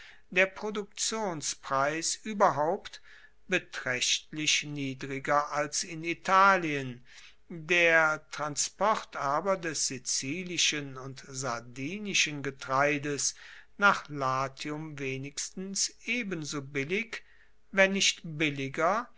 der produktionspreis ueberhaupt betraechtlich niedriger als in italien der transport aber des sizilischen und sardinischen getreides nach latium wenigstens ebenso billig wenn nicht billiger